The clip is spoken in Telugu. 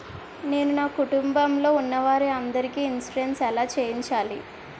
నేను నా కుటుంబం లొ ఉన్న వారి అందరికి ఇన్సురెన్స్ ఎలా చేయించాలి?